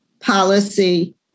policy